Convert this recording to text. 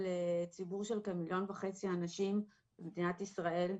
של ציבור של כמיליון וחצי אנשים במדינת ישראל.